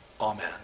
Amen